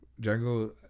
Django